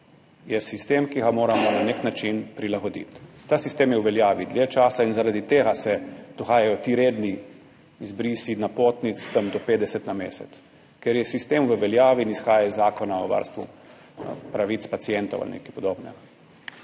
je sistem, ki ga moramo na nek način prilagoditi. Ta sistem je v veljavi dlje časa in zaradi tega se dohajajo ti redni izbrisi napotnic, tam do 50 na mesec, ker je sistem v veljavi in izhaja iz Zakona o varstvu pravic pacientov ali nekaj podobnega.